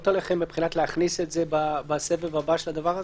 עליכם מבחינת להכניס את זה בסבב הבא של זה?